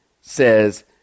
says